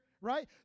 right